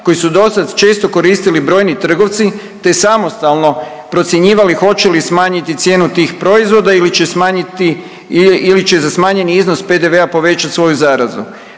koji su dosad često koristili brojni trgovci, te samostalno procjenjivali hoće li smanjiti cijenu tih proizvoda ili će smanjiti ili će za smanjeni iznos PDV-a povećat svoju zaradu.